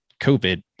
COVID